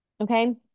Okay